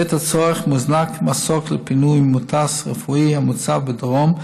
בעת הצורך מוזנק מסוק לפינוי מוטס רפואי המוצב בדרום,